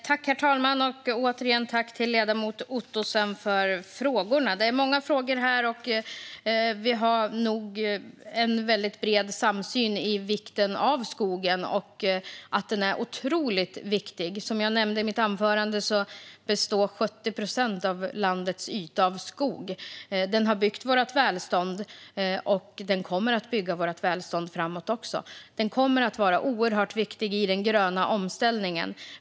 Herr talman! Jag tackar åter ledamoten Ottosson för frågorna. Det finns många frågor i det här, och vi har nog en väldigt bred samsyn om vikten av skogen. Den är otroligt viktig. Som jag nämnde i mitt anförande täcks 70 procent av landets yta av skog. Skogen har byggt vårt välstånd och kommer att fortsätta göra det. Den kommer att vara oerhört viktig i den gröna omställningen.